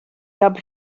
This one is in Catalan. cap